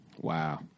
Wow